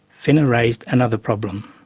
fenner raised another problem.